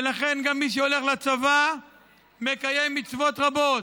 ולכן, גם מי שהולך לצבא מקיים מצוות רבות.